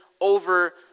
over